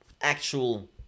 actual